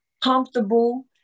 comfortable